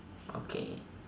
okay